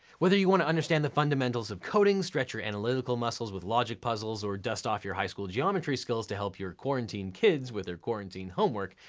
whether you want to understand the fundamentals of coding, stretch your analytical muscles with logic puzzles, or dust off your high school geometry skills to help your quarantine kids wit their quarantine homework,